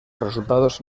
resultados